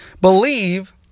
believe